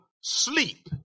sleep